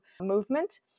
movement